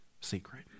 secret